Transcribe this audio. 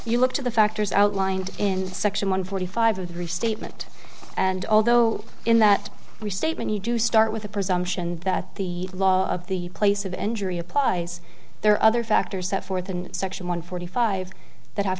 you look to the factors outlined in section one forty five of the restatement and although in that restatement you do start with a presumption that the law of the place of injury applies there are other factors set forth in section one forty five that have